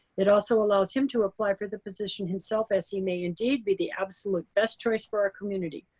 it also allows him to apply for the position himself as he may indeed be the absolute best choice for our community.